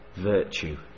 virtue